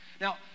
Now